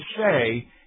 say